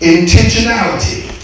Intentionality